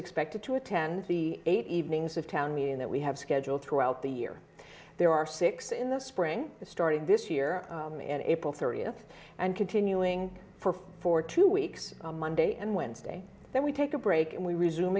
expected to attend the eight evenings of town meeting that we have schedule two out the year there are six in the spring starting this year in april th and continuing for for two weeks on monday and wednesday then we take a break and we resume